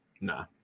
Nah